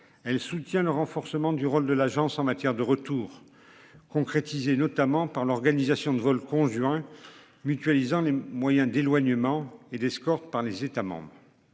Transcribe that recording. elle soutient le renforcement du rôle de l'agence en matière de retour concrétisé notamment par l'organisation de vols conjoints mutualisant les moyens d'éloignement et d'escorte par les États.